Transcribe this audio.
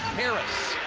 harris